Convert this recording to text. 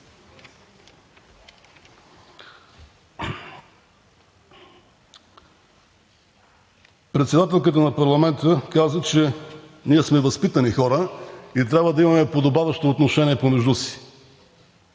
председателката на парламента каза, че ние сме възпитани хора и трябва да имаме подобаващо отношение помежду си,